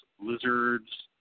lizards